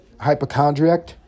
Hypochondriac